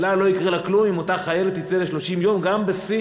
ל"אל על" לא יקרה כלום אם אותה חיילת תצא ל-30 יום גם בשיא,